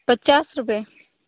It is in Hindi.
पचास रुपए